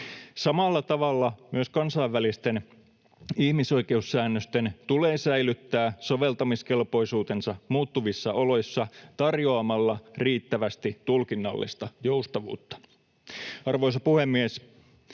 Samalla tavalla myös kansainvälisten ihmisoikeussäännösten tulee säilyttää soveltamiskelpoisuutensa muuttuvissa oloissa tarjoamalla riittävästi tulkinnallista joustavuutta. Arvoisa puhemies!